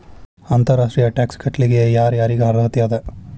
ಅಂತರ್ ರಾಷ್ಟ್ರೇಯ ಟ್ಯಾಕ್ಸ್ ಕಟ್ಲಿಕ್ಕೆ ಯರ್ ಯಾರಿಗ್ ಅರ್ಹತೆ ಅದ?